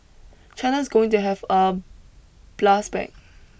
China is going to have a blast back